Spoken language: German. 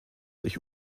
sich